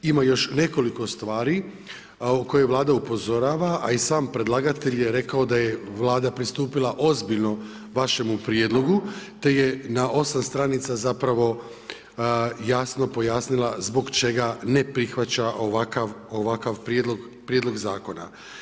Ima još nekoliko stvari na koje Vlada upozorava, a i sam predlagatelj je rekao da je Vlada pristupila ozbiljno vašemu prijedlogu te je na osma stranica jasno pojasnila zbog čega ne prihvaća ovakav prijedlog zakona.